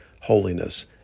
holiness